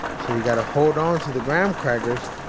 so you got to hold onto the graham crackers.